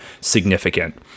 significant